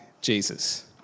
Jesus